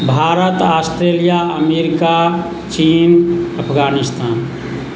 Bharat Australia America चीन अफगानिस्तान